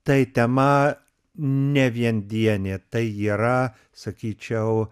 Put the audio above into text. tai tema ne viendienė tai yra sakyčiau